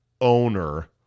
owner